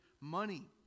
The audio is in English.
money